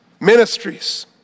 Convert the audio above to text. ministries